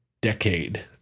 decade